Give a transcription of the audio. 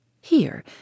Here